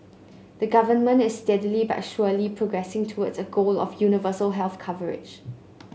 the government is steadily but surely progressing towards a goal of universal health coverage